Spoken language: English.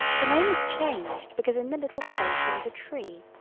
the name is changed because in the little space there is a tree,